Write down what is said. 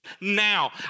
now